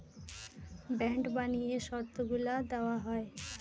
bond বানিয়ে শর্তগুলা দেওয়া হয়